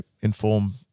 inform